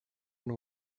and